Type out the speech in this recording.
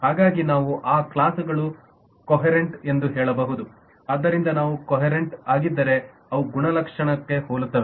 ಹಾಗಾಗಿ ನಾವು ಆ ಕ್ಲಾಸ್ಗಳು ಕೊಹೆರೆಂಟ್ ಎಂದು ಹೇಳಬಹುದು ಆದ್ದರಿಂದ ಅವು ಕೊಹೆರೆಂಟ್ಆಗಿದ್ದರೆ ಅವು ಗುಣಲಕ್ಷಣಕ್ಕೆ ಹೋಲುತ್ತವೆ